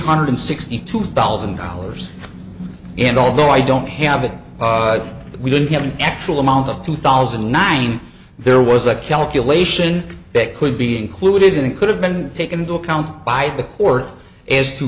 hundred sixty two thousand dollars and although i don't have it that we didn't have an actual amount of two thousand and nine there was a calculation that could be included in it could have been taken into account by the court as to